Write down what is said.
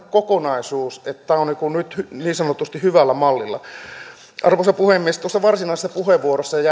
kokonaisuus että tämä on nyt niin sanotusti hyvällä mallilla arvoisa puhemies kun tuossa varsinaisessa puheenvuorossani